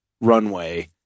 runway